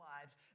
lives